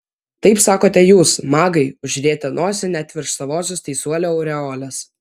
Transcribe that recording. taip sakote jūs magai užrietę nosį net virš savosios teisuolių aureolės